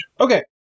Okay